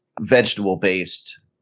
vegetable-based